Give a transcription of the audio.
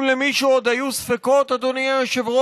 אם למישהו עוד היו ספקות, אדוני היושב-ראש,